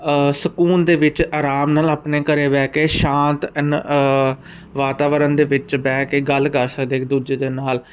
ਸਕੂਨ ਦੇ ਵਿੱਚ ਆਰਾਮ ਨਾਲ ਆਪਣੇ ਘਰੇ ਬਹਿ ਕੇ ਸ਼ਾਂਤ ਵਾਤਾਵਰਨ ਦੇ ਵਿੱਚ ਬਹਿ ਕੇ ਗੱਲ ਕਰ ਸਕਦੇ ਆ ਕਿ ਦੂਜੇ ਦੇ ਨਾਲ